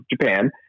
Japan